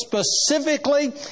specifically